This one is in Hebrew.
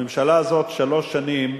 הממשלה הזאת, שלוש שנים,